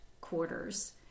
quarters